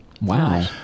Wow